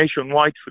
nationwide